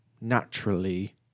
naturally